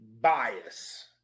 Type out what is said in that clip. Bias